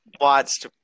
watched